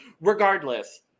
Regardless